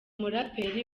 muraperi